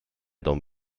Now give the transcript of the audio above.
don